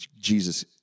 Jesus